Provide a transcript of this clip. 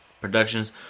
Productions